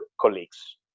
colleagues